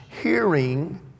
hearing